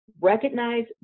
recognize